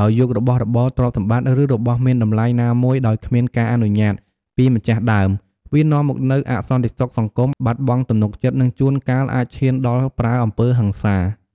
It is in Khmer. ដោយយករបស់របរ ទ្រព្យសម្បត្តិ ឬរបស់មានតម្លៃណាមួយដោយគ្មានការអនុញ្ញាតពីម្ចាស់ដើម វានាំមកនូវអសន្តិសុខសង្គម បាត់បង់ទំនុកចិត្ត និងជួនកាលអាចឈានដល់ប្រើអំពើហិង្សា។